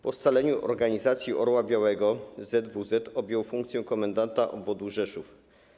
Po scaleniu Organizacji Orła Białego z ZWZ objął funkcję komendanta obwodu Rzeszów.